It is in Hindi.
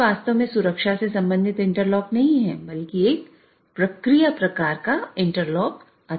यह वास्तव में सुरक्षा से संबंधित इंटरलॉक नहीं है बल्कि एक प्रक्रिया प्रकार का एक इंटरलॉक अधिक है